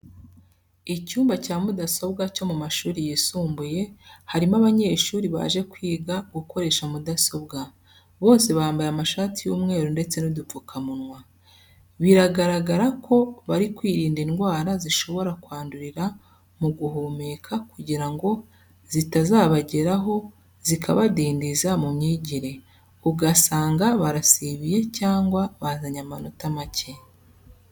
Icyumba cya mudasobwa cyo mu mashuri yisumbuye harimo abanyeshuri baje kwiga gukoresha mudasobwa. Bose bambaye amashati y'umweru ndetse n'udupfukamunwa. Biragaragara ko bari kwirinda indwara zishobora kwandurira mu guhumeka kugira ngo zitazabageraho zikabadindiza mu myigire, ugasanga barasibiye cyangwa bazanye amanota make.